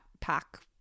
pack